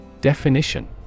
Definition